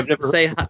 say